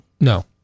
No